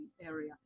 area